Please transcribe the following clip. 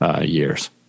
years